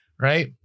Right